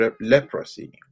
leprosy